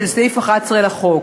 של סעיף 11 לחוק.